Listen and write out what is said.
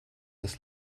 des